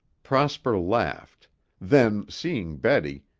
prosper laughed then, seeing betty,